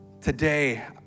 today